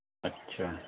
اچھا